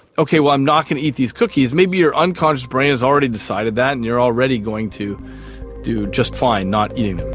okay, well i'm not going to eat these cookies maybe your unconscious brain has already decided that and you're already going to do just fine not eating them.